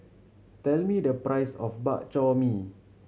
tell me the price of Bak Chor Mee